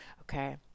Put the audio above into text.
Okay